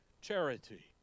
charity